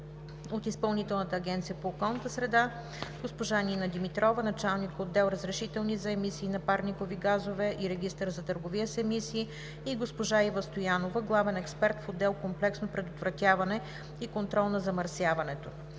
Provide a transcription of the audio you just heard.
от Изпълнителната агенция по околната среда и водите – госпожа Нина Димитрова, началник-отдел „Разрешителни за емисии на парникови газове и регистър за търговия с емисии“, и госпожа Ива Стоянова, главен експерт в отдел „Комплексно предотвратяване и контрол на замърсяването“.